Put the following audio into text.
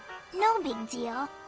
no big deal.